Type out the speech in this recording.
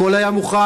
הכול היה מוכן.